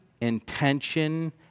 intention